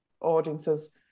audiences